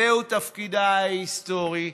זהו תפקידה ההיסטורי,